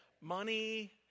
money